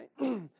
right